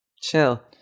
chill